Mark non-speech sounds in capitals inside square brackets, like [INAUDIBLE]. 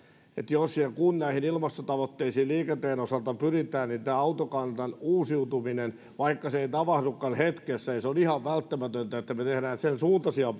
jos ja kun näihin ilmastotavoitteisiin liikenteen osalta pyritään niin tämä autokannan uusiutuminen vaikka se ei tapahdukaan hetkessä on ihan välttämätöntä on välttämätöntä että me teemme sen suuntaisia [UNINTELLIGIBLE]